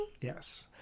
yes